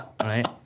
Right